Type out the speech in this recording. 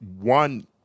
one